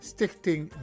Stichting